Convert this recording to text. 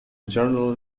general